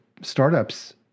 startups